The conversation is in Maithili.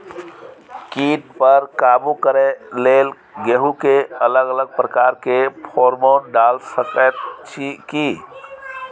कीट पर काबू करे के लेल गेहूं के अलग अलग प्रकार के फेरोमोन डाल सकेत छी की?